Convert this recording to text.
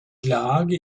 lage